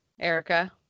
Erica